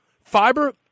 fiber